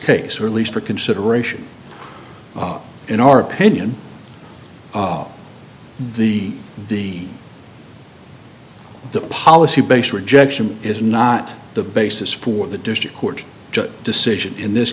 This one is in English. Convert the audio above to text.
case or at least for consideration in our opinion the the the policy based rejection is not the basis for the district court judge decision in this